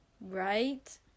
right